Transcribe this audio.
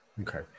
Okay